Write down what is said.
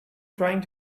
trying